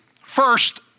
first